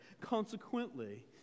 Consequently